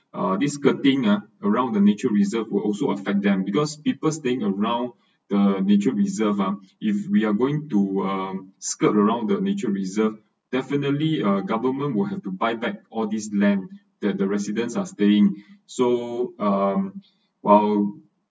uh this skirting uh around the nature reserved will also affect them because people staying around the nature reserved uh if we are going to um skirt around the nature reserved definitely uh government will have to buy back all this land that the residents are staying so um while